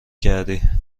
کردی